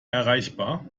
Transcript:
erreichbar